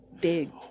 big